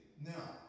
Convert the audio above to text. Now